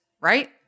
right